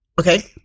Okay